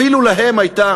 אפילו להם הייתה